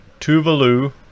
Tuvalu